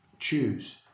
choose